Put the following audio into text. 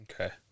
Okay